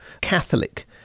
Catholic